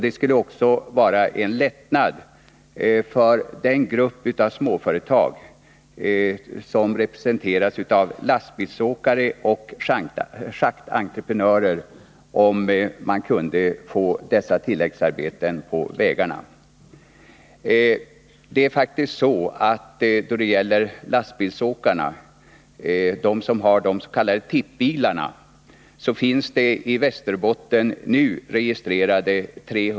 Det skulle också vara en lättnad för den grupp av småföretag som representeras av lastbilsåkare och schaktentreprenörer om man kunde få dessa tilläggsarbeten på vägarna. Lastbilsåkarna i Västerbotten har 350 s.k. tippbilar registrerade.